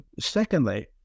Secondly